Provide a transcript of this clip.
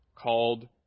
called